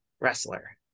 wrestler